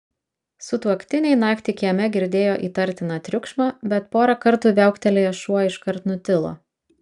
sutuoktiniai naktį kieme girdėjo įtartiną triukšmą bet porą kartų viauktelėjęs šuo iškart nutilo